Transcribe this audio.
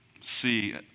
see